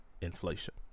inflation